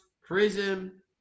Prism